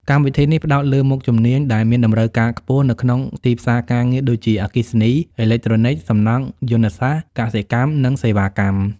កម្មវិធីនេះផ្តោតលើមុខជំនាញដែលមានតម្រូវការខ្ពស់នៅក្នុងទីផ្សារការងារដូចជា អគ្គិសនី អេឡិចត្រូនិច សំណង់ យន្តសាស្ត្រ កសិកម្ម និងសេវាកម្ម។